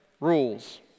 rules